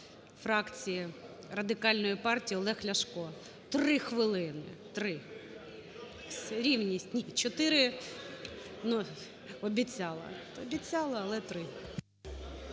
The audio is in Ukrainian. фракції Радикальної партії Олег Ляшко, три хвилини, три. Рівність. Ні, чотири… Ну, обіцяла.